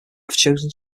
chosen